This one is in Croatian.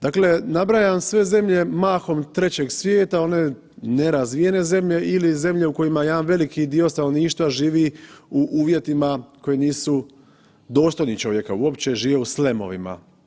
Dakle, nabrajam sve zemlje mahom trećeg svijeta, one nerazvijene zemlje ili zemlje u kojima jedan veliki dio stanovništva živi u uvjetima koje nisu dostojni čovjeka uopće žive u slemovima.